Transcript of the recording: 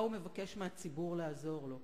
בא ומבקש מהציבור לעזור לו,